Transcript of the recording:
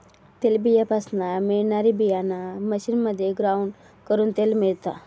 तेलबीयापासना मिळणारी बीयाणा मशीनमध्ये ग्राउंड करून तेल मिळता